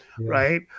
right